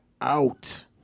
Out